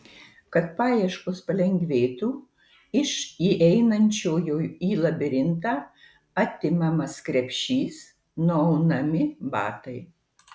kad paieškos palengvėtų iš įeinančiojo į labirintą atimamas krepšys nuaunami batai